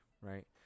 right